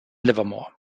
livermore